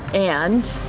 and